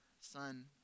son